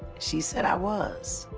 she said, i was.